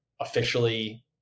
officially